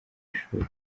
ishuri